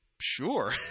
sure